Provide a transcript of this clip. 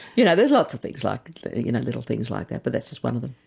you know there's lots of things, like you know little things like that, but that's just one of them.